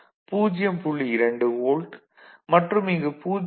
2 volt மற்றும் இங்கு 0